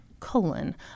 Colon